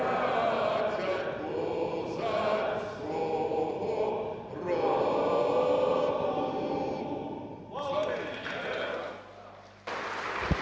Володимира